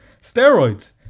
steroids